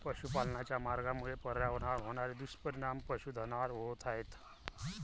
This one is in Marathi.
पशुपालनाच्या मार्गामुळे पर्यावरणावर होणारे दुष्परिणाम पशुधनावर होत आहेत